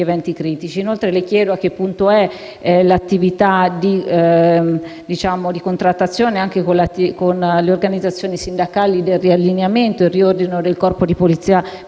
l'attività di contrattazione con le organizzazioni sindacali per il riallineamento e il riordino del Corpo di polizia penitenziaria, che è chiamato ogni giorno,